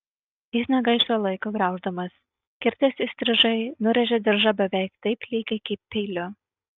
jis negaišo laiko grauždamas kirtęs įstrižai nurėžė diržą beveik taip lygiai kaip peiliu